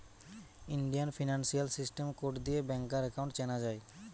Indian financial system code দিয়ে ব্যাংকার account চেনা যায়